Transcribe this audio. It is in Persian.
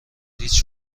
هیچ